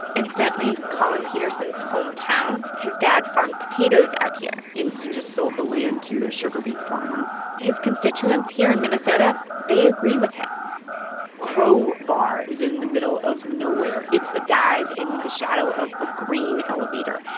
incidentally collin peterson's hometown, his dad farmed potatoes out here and he just sold the land to a sugar-beet farmer his constituents here in minnesota they agree with him crow bar is in the middle of nowhere. it's a dive in the shadow of a grain elevator.